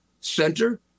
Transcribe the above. center